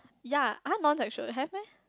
ya !huh! non sexual have meh